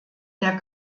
der